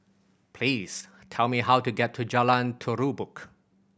please tell me how to get to Jalan Terubok